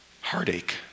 heartache